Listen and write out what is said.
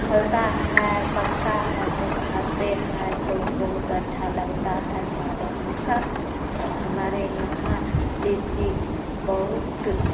फलता है पकता है तो खाते हैं तो बहुत अच्छा लगता है स्वाद अनुसार हमारे यहाँ लीची बहुत